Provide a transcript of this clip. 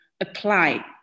apply